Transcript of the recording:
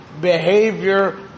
behavior